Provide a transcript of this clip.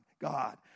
God